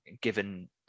given